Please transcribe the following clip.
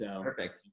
Perfect